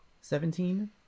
Seventeen